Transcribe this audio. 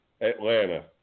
Atlanta